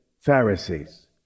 pharisees